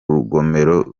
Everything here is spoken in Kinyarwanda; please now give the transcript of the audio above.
rugomero